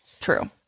True